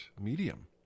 medium